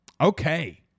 Okay